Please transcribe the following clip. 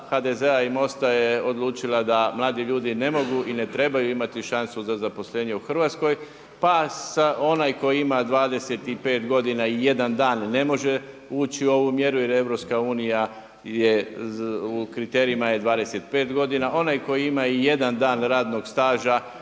HDZ-a i MOST-a je odlučila da mladi ljudi ne mogu i ne trebaju imati šansu za zaposlenje u Hrvatskoj. Pa onaj koji ima 25 i jedan dan ne može ući u ovu mjeru jer je EU u kriterijima je 25 godina, onaj koji ima i jedan dan radnog staža